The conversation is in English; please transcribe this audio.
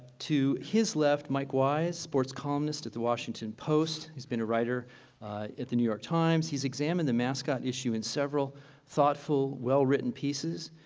to his left mike wise, sports columnist at the washington post. he's been a writer at the new york times. he's examined the mascot issue in several thoughtful, well-written pieces,